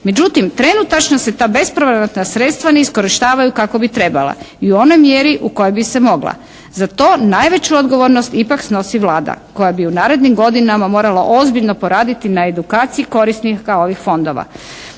Međutim trenutačno se ta bezpovratna sredstva ne iskorištavaju kako bi trebala i u onoj mjeri u kojoj bi se mogla. Za to najveću odgovornost ipak snosi Vlada koja bi u narednim godinama morala ozbiljno poraditi na edukaciji korisnika ovih fondova